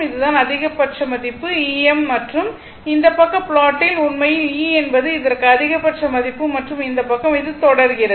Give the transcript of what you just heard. இது தான் அதிகபட்ச மதிப்பு Em மற்றும் இந்த பக்க ப்ளாட்டில் உண்மையில் E என்பது இதற்கு அதிகபட்ச மதிப்பு மற்றும் இந்த பக்கம் இது தொடர்கிறது